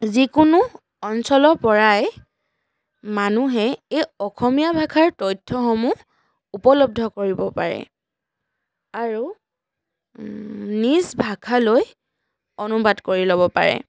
যিকোনো অঞ্চলৰ পৰাই মানুহে এই অসমীয়া ভাখাৰ তথ্যসমূহ উপলব্ধ কৰিব পাৰে আৰু নিজ ভাষালৈ অনুবাদ কৰি ল'ব পাৰে